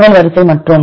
வினவல் வரிசை மற்றும்